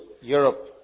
Europe